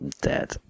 dead